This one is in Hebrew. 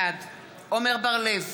בעד עמר בר-לב,